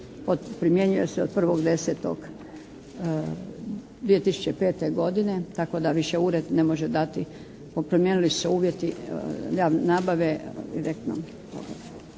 Primjenjuje se od 1.10.2005. godine tako da više ured ne može dati, promijenili su se uvjeti nabave direktnom